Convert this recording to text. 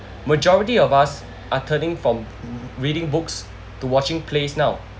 majority of us are turning from r~ reading books to watching plays now